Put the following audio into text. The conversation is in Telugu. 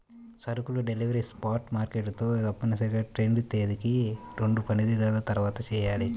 సరుకుల డెలివరీ స్పాట్ మార్కెట్ తో తప్పనిసరిగా ట్రేడ్ తేదీకి రెండుపనిదినాల తర్వాతచెయ్యాలి